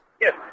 Yes